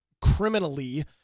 criminally